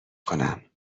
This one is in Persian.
کنم